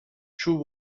چوب